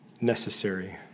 necessary